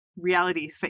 reality